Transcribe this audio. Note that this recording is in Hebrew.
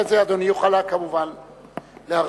אחרי זה אדוני יוכל, כמובן, להרחיב.